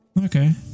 Okay